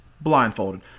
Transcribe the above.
blindfolded